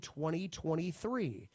2023